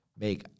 make